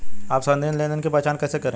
आप संदिग्ध लेनदेन की पहचान कैसे करेंगे?